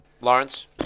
Lawrence